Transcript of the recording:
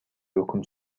өкүм